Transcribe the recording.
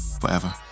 forever